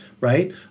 right